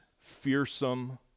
fearsome